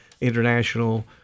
international